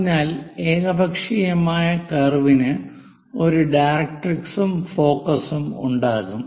അതിനാൽ ഏകപക്ഷീയമായ കർവിന് ഒരു ഡയറക്ട്രിക്സും ഫോക്കസും ഉണ്ടാകും